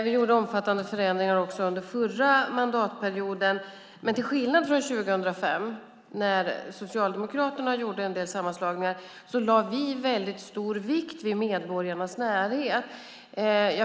Vi gjorde också omfattande förändringar under förra mandatperioden, men till skillnad från 2005 när Socialdemokraterna gjorde en del sammanslagningar lade vi väldigt stor vikt vid medborgarnas närhet.